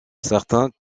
certains